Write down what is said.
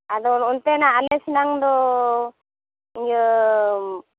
ᱟᱫᱚ ᱚᱱᱛᱮᱱᱟᱜ ᱟᱞᱮ ᱥᱮᱱᱟᱝ ᱫᱚ ᱤᱭᱟᱹ